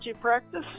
practice